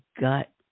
gut